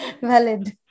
Valid